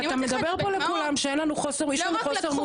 אתה מדבר פה לכולם שאין לנו חוסר מודעות,